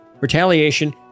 retaliation